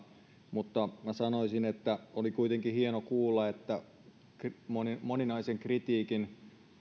mutta minä sanoisin että oli kuitenkin hieno kuulla että moninaisen kritiikin